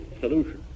solution